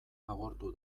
agortu